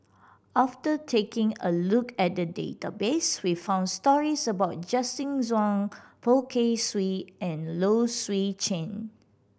after taking a look at the database we found stories about Justin Zhuang Poh Kay Swee and Low Swee Chen